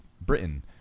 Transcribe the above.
Britain